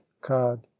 cod